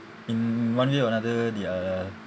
in one way or another they are